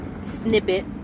snippet